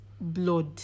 blood